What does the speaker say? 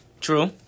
True